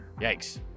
yikes